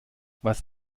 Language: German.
was